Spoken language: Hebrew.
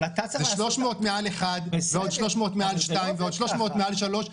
זה 300 מעל אחד ועוד 300 מעל שניים ועוד 300 מעל שלושה,